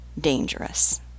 dangerous